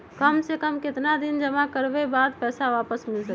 काम से कम केतना दिन जमा करें बे बाद पैसा वापस मिल सकेला?